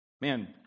Man